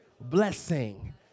blessing